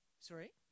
Sorry